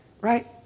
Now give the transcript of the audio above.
Right